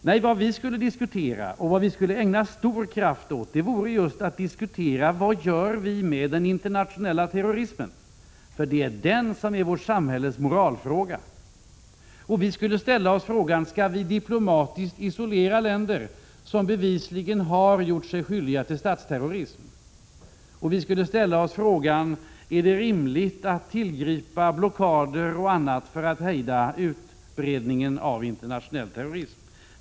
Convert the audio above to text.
Nej, vad vi borde ägna stor kraft åt vore just att diskutera frågan: Vad gör vi med den internationella terrorismen? Det är nämligen den som är vårt samhälles moralfråga. Vi borde ställa oss frågan: Skall vi diplomatiskt isolera länder som bevisligen har gjort sig skyldiga till statsterrorism? Vi borde också fråga: Är det rimligt att tillgripa blockader och annat för att hejda utbredningen av internationell terrorism?